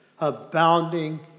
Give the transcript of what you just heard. abounding